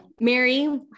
Mary